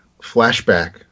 flashback